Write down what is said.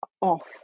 off